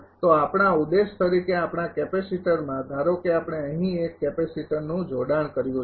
તો આપણા ઉદ્દેશ તરીકે આપણા કેપેસિટરમાં ધારો કે આપણે અહીં એક કેપેસિટરનું જોડાણ કર્યું છે